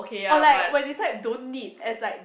or like when they type don't need as like